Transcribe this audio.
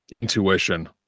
intuition